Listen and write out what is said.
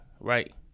right